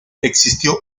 existió